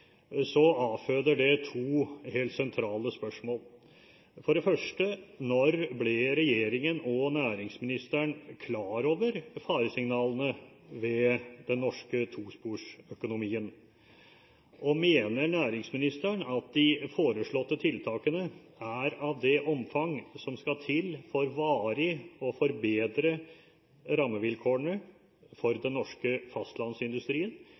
avføder det to helt sentrale spørsmål. For det første: Når ble regjeringen og næringsministeren klar over faresignalene for den norske tosporsøkonomien? Og mener næringsministeren at de foreslåtte tiltakene er av det omfang som skal til for varig å forbedre rammevilkårene for den norske fastlandsindustrien,